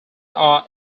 are